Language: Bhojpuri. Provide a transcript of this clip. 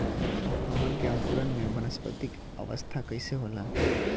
हमन के अंकुरण में वानस्पतिक अवस्था कइसे होला?